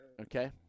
Okay